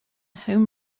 home